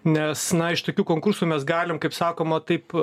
nes na iš tokių konkursų mes galim kaip sakoma taip